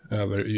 över